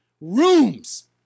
rooms